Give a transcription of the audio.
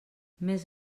més